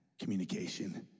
communication